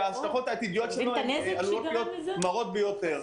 שההשלכות העתידיות שלו עלולות להיות מרות ביותר.